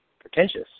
pretentious